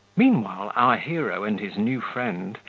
meanwhile our hero and his new friend,